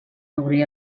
obrir